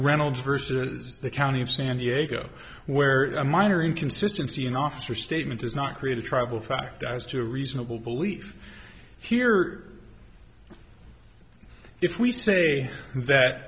reynolds versus the county of san diego where a minor inconsistency in officer statement does not create a trouble fact as to a reasonable belief here if we say that